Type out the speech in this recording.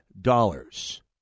dollars